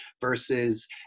versus